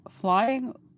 flying